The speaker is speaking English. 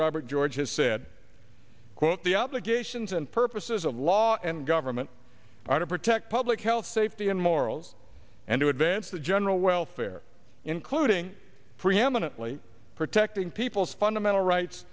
robert george has said quote the obligations and purposes of law and government are to protect public health safety and morals and to advance the general welfare including preeminently protecting people's fundamental rights